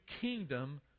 kingdom